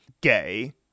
Gay